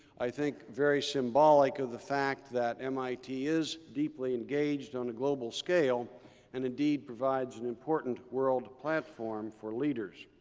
i think, very symbolic of the fact that mit is deeply engaged on a global scale and indeed provides an important world platform for leaders.